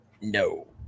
No